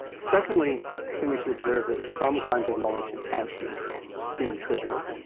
secondly i think we should observe that some kinds of knowledge enhancement seem trivial.